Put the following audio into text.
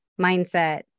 mindset